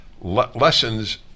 lessons